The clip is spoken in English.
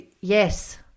yes